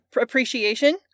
appreciation